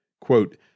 Quote